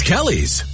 Kelly's